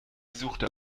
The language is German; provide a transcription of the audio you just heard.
suchte